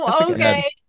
okay